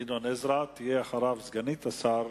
גדעון עזרא, ואחריו תהיה סגנית השר